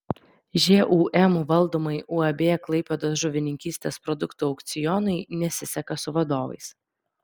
žūm valdomai uab klaipėdos žuvininkystės produktų aukcionui nesiseka su vadovais